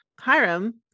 Hiram